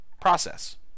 process